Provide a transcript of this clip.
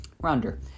Rounder